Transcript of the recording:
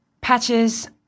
Patches